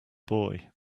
boy